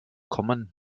kommen